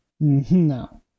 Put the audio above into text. No